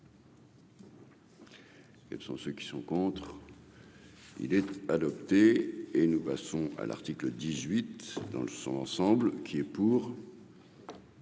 Quels sont ceux qui sont contre, il était adopté et nous passons à l'article 18 dans le sang, ensemble, qui est pour.